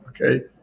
okay